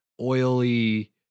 oily